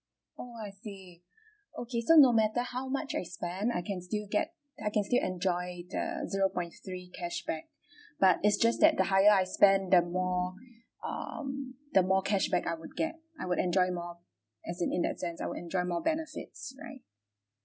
oh I see okay so no matter how much I spend I can still get I can still enjoy the zero point three cashback but it's just that the higher I spend the more um the more cashback I would get I would enjoy more as in in that sense I would enjoy more benefits right